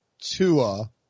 Tua